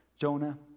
Jonah